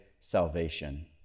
salvation